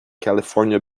california